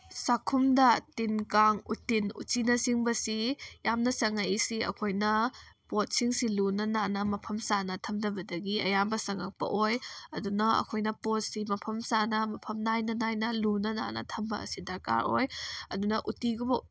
ꯆꯥꯛꯈꯨꯝꯗ ꯇꯤꯟꯀꯥꯡ ꯎꯇꯤꯟ ꯎꯆꯤꯅꯆꯤꯡꯕꯁꯤ ꯌꯥꯝꯅ ꯆꯪꯉꯛꯏꯁꯤ ꯑꯩꯈꯣꯏꯅ ꯄꯣꯠꯁꯤꯡꯁꯤ ꯂꯨꯅ ꯅꯥꯟꯅ ꯃꯐꯝ ꯆꯥꯅ ꯊꯝꯗꯕꯗꯒꯤ ꯑꯌꯥꯝꯕ ꯆꯪꯉꯛꯄ ꯑꯣꯏ ꯑꯗꯨꯅ ꯑꯩꯈꯣꯏꯅ ꯄꯣꯠꯁꯤ ꯃꯐꯝꯆꯥꯅ ꯃꯐꯝ ꯅꯥꯏꯅ ꯅꯥꯏꯅ ꯂꯨꯅ ꯅꯥꯟꯅ ꯊꯝꯕ ꯑꯁꯤ ꯗꯔꯀꯥꯔ ꯑꯣꯏ ꯑꯗꯨꯅ ꯎꯇꯤꯟꯒꯨꯝꯕ